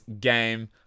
game